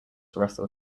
wrestle